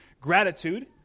gratitude